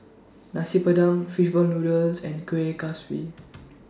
Nasi Padang Fish Ball Noodles and Kuih Kaswi